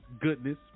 goodness